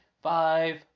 Five